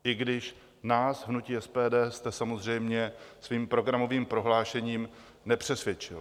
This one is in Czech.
I když nás v hnutí SPD jste samozřejmě svým programovým prohlášením nepřesvědčil.